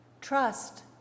Trust